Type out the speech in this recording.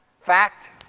Fact